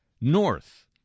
north